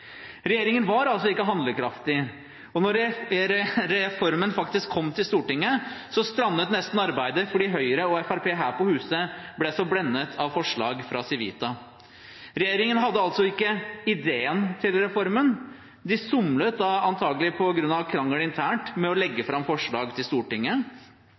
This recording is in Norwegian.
Regjeringen var altså ikke handlekraftig, og da reformen faktisk kom til Stortinget, strandet nesten arbeidet fordi Høyre og Fremskrittspartiet her på huset ble så blendet av forslag fra Civita. Regjeringen hadde altså ikke ideen til reformen. De somlet, antagelig på grunn av krangel internt, med å legge fram forslag til Stortinget.